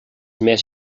més